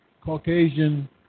Caucasian